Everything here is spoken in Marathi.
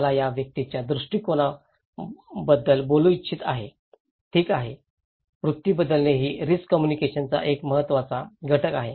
त्याला त्या व्यक्तीचा दृष्टीकोन बदलू इच्छित आहे ठीक आहे वृत्ती बदलणे ही रिस्क कम्युनिकेशनचा एक महत्त्वपूर्ण घटक आहे